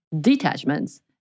detachments